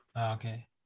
okay